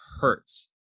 hurts